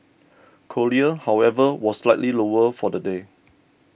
cochlear however was slightly lower for the day